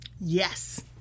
Yes